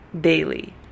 daily